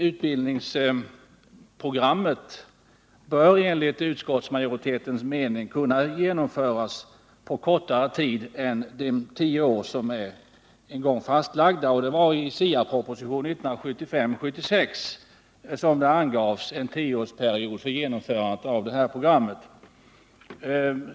Utbildningsprogrammet bör enligt utskottsmajoritetens mening kunna genomföras på kortare tid än de tio år som är fastlagda — det var i SIA-propositionen 1975/76 som en tioårsperiod angavs för genomförande av programmet.